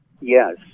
Yes